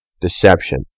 deception